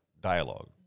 dialogue